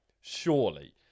surely